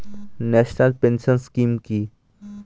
National pension scheme কি?